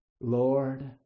Lord